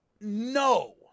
No